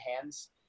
hands